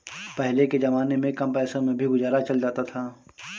पहले के जमाने में कम पैसों में भी गुजारा चल जाता था